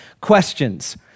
questions